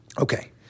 Okay